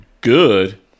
Good